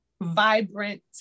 vibrant